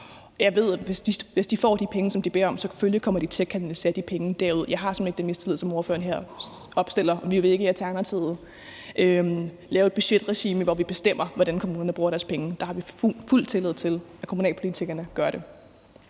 Jeg ved, at hvis de får de penge, som de beder om, kommer de selvfølgelig til at kanalisere de penge derud. Jeg har simpelt hen ikke den mistillid, som ordføreren her opstiller, og vi vil ikke i Alternativet lave et budgetregime, hvor vi bestemmer, hvordan kommunerne bruger deres penge. Der har vi fuld tillid til kommunalpolitikerne. Kl.